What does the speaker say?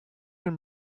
and